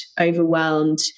overwhelmed